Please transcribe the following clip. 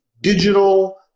digital